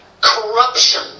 Corruption